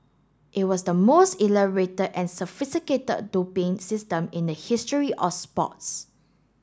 it was the most elaborated and sophisticated doping system in the history of sports